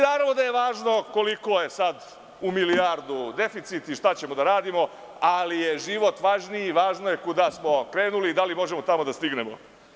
Naravno da je važno koliko je sad u milijardu deficit i šta ćemo da radimo, ali je život važniji i važno je kuda smo krenuli, da li možemo tamo da stignemo.